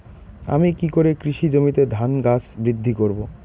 আমি কী করে কৃষি জমিতে ধান গাছ বৃদ্ধি করব?